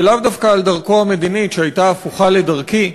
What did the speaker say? ולאו דווקא על דרכו המדינית, שהייתה הפוכה לדרכי,